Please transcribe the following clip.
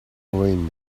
ruin